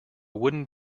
wooden